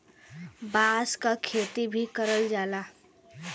बांस क खेती भी करल जाला